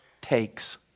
takes